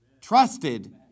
trusted